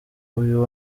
uyu